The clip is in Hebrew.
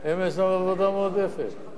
הם בעבודה מועדפת,